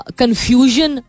confusion